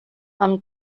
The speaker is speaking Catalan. amb